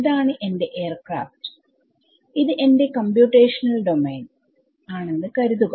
ഇതാണ് എന്റെ എയർക്രാഫ്റ്റ് ഇത് എന്റെ കമ്പ്യൂട്ടേഷണൽ ഡോമെയിൻ ആണെന്ന് കരുതുക